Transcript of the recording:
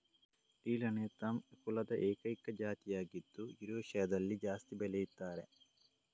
dill Anethum ಕುಲದ ಏಕೈಕ ಜಾತಿ ಆಗಿದ್ದು ಯುರೇಷಿಯಾದಲ್ಲಿ ಜಾಸ್ತಿ ಬೆಳೀತಾರೆ